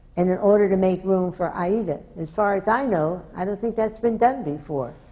and in order to make room for aida. as far as i know, i don't think that's been done before.